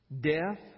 Death